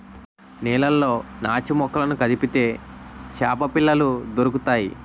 నీళ్లలో నాచుమొక్కలను కదిపితే చేపపిల్లలు దొరుకుతాయి